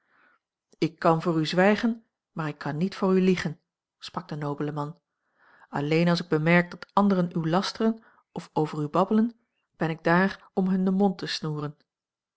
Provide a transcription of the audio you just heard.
ik kan voor u zwijgen maar ik kan niet voor u liegen sprak de nobele man alleen als ik bemerk dat anderen u lasteren of over u babbelen ben ik daar om hun den mond te snoeren